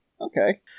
okay